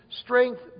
strength